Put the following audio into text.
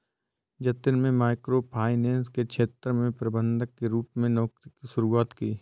जतिन में micro finance के क्षेत्र में प्रबंधक के रूप में नौकरी की शुरुआत की